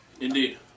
indeed